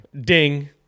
ding